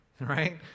right